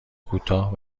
کوتاه